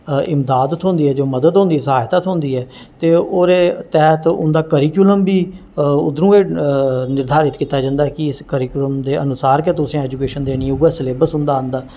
इमदाद थ्होंदी ऐ जो मदद थ्होंदी ऐ स्हायता थ्होंदी ऐ ते ओह्दे तैह्त उं'दा करिकुलम बी उद्धरों गै नरधारत कीता जंदा कि इस करिकुलम दे अनुसार गै तुसें एजुकेशन तुसें देनी उ'ऐ सलेवस उं'दा आंदा